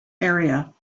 area